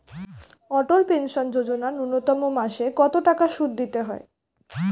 অটল pension যোজনা ন্যূনতম মাসে কত টাকা সুধ দিতে হয়?